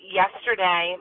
yesterday